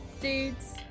dudes